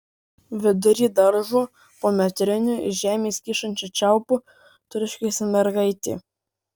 vidury daržo po metriniu iš žemės kyšančiu čiaupu turškėsi mergaitė